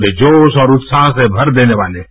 वे जोश और उत्साह से भर देने वाले हैं